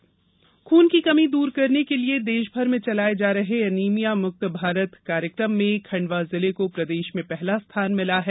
anaemia Khandwa खून की कमी दूर करने के लिए देश भर में चलाये जा रहे एनिमिया मुक्त भारत कार्यक्रम में खंडवा जिले को प्रदेश में पहला स्थान मिला है